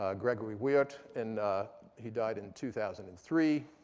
ah gregory wiart, and he died in two thousand and three.